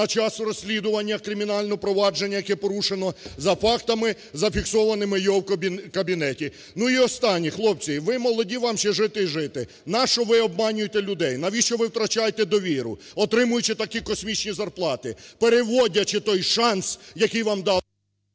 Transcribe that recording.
на час розслідування кримінального провадження, яке порушено за фактами, зафіксованими в його кабінеті. Ну, останнє, хлопці, ви молоді, вам ще жити і жити. Нащо ви обманюєте людей? Навіщо ви втрачаєте довіру, отримуючи такі космічні зарплати, переводячи той шанс, який вам дав...